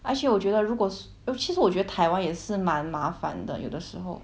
而且我觉得如果其实我觉得台湾也是蛮麻烦的有的时候